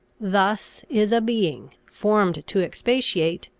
thus is a being, formed to expatiate,